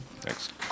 Thanks